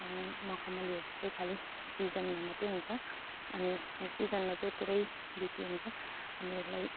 मखमलीहरू चाहिँ खाली सिजनमा मात्रै हुन्छ अनि अब सिजनमा चाहिँ पुरै बिक्री हुन्छ अनि यसलाई